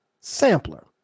sampler